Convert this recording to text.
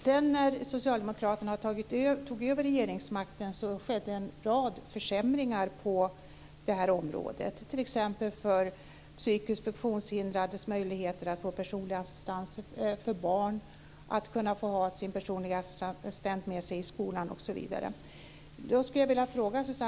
Sedan när Socialdemokraterna tog över regeringsmakten skedde en rad försämringar på det här området, t.ex. beträffande psykiskt funktionshindrades möjligheter att få personlig assistans och barns möjligheter att få ha sin personliga assistent med sig i skolan.